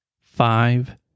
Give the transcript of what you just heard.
five